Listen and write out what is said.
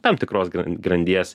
tam tikros grandies